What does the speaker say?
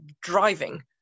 driving